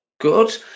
Good